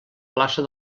plaça